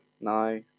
No